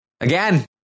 Again